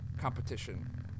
competition